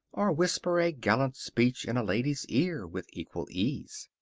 or whisper a gallant speech in a lady's ear with equal ease.